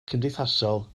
cymdeithasol